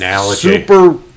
super